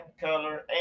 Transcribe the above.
color